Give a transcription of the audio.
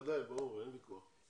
בוודאי, ברור, אין ויכוח.